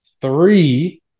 three